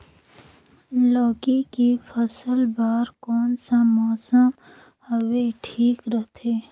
लौकी के फसल बार कोन सा मौसम हवे ठीक रथे?